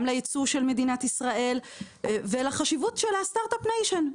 גם ליצוא של מדינת ישראל ולחשיבות של הסטארט אפ ניישן.